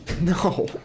No